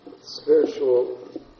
spiritual